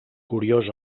curiós